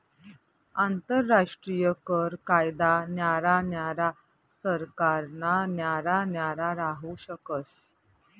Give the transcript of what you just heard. आंतरराष्ट्रीय कर कायदा न्यारा न्यारा सरकारना न्यारा न्यारा राहू शकस